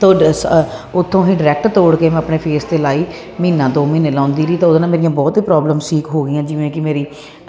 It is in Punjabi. ਤੁਹਾਡੇ ਸਾ ਉਥੋਂ ਹੀ ਡਰੈਕਟ ਤੋੜ ਕੇ ਆਪਣੇ ਫੇਸ ਤੇ ਲਾਈ ਮਹੀਨਾ ਦੋ ਮਹੀਨੇ ਲਾਉਂਦੀ ਰਹੀ ਤਾਂ ਉਹਦੇ ਨਾਲ ਮੇਰੀਆਂ ਬਹੁਤ ਪ੍ਰੋਬਲਮ ਠੀਕ ਹੋ ਗਈਆਂ ਜਿਵੇਂ ਕਿ ਮੇਰੀ